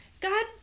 God